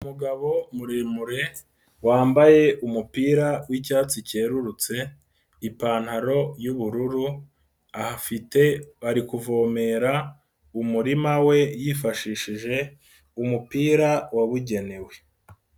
Umugabo muremure, wambaye umupira w'icyatsi cyerurutse, ipantaro y'ubururu, afite ari kuvomera, umurima we yifashishije umupira wabugenewe.